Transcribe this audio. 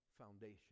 foundation